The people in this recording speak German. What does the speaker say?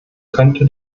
könnte